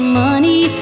money